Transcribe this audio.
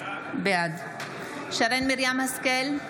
בעד שרן מרים השכל,